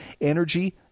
energy